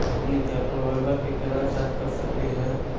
हमनी के अपन मोबाइल के केना रिचार्ज कर सकली हे?